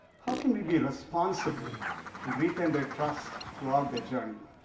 how can we be responsible and retain their trust throughout their journey?